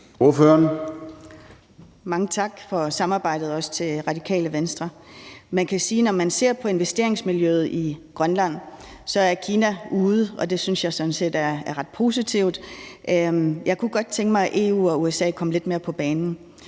Mange tak for samarbejdet, også til Radikale Venstre. Man kan sige, at når man ser på investeringsmiljøet i Grønland, er Kina ude, og det synes jeg sådan set er ret positivt. Jeg kunne godt tænke mig, at EU og USA kom lidt mere på banen.